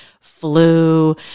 flu